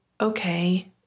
okay